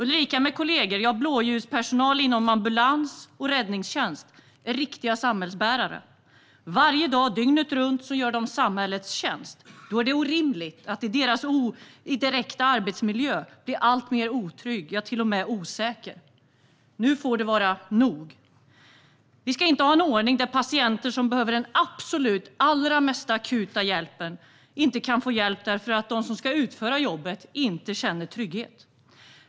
Ulrika med kollegor, blåljuspersonal inom ambulans och räddningstjänst, är riktiga samhällsbärare. Varje dag, dygnet runt, står de till samhällets tjänst. Då är det helt orimligt att deras direkta arbetsmiljö blir alltmer otrygg, ja, till och med osäker. Nu får det vara nog. Vi ska inte ha en ordning där de patienter som behöver den allra mest akuta hjälpen inte kan få det därför att de som ska utföra jobbet inte känner trygghet.